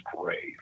grave